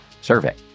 survey